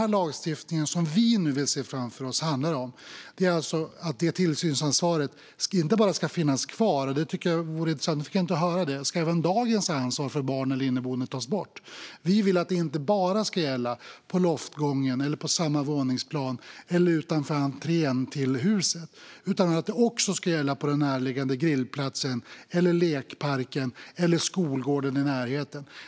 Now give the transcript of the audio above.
Vad lagstiftningen som vi nu ser framför oss handlar om är att det tillsynsansvaret ska finnas kvar. Vi fick inte höra det - ska även dagens ansvar för barn eller inneboende tas bort? Vi vill att ansvaret inte bara ska gälla på loftgången eller på samma våningsplan eller utanför entrén till huset utan att det också ska gälla på den närliggande grillplatsen och i lekparken och på skolgården i närheten.